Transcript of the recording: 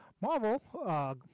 Marvel